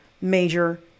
major